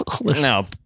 no